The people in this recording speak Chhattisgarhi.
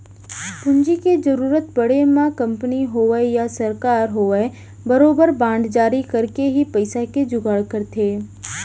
पूंजी के जरुरत पड़े म कंपनी होवय या सरकार होवय बरोबर बांड जारी करके ही पइसा के जुगाड़ करथे